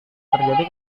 terjadi